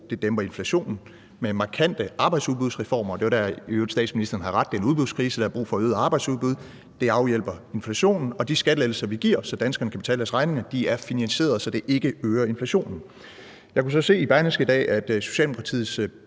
dæmper inflationen, og med markante arbejdsudbudsreformer. Det var i øvrigt der, statsministeren havde ret, i forhold til at det er en udbudskrise, så der er brug for øget arbejdsudbud. Det afhjælper i forhold til inflationen, og de skattelettelser, vi giver, så danskerne kan betale deres regninger, er finansieret, så det ikke øger inflationen. Jeg kunne så se i Berlingske i dag, at Socialdemokratiets